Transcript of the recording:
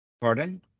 Pardon